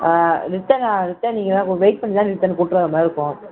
ஆ return return நீங்கள் தான் wait பண்ணி தான் நிறுத்தி கூப்பிட்டு வர்ற மாதிரி இருக்கும்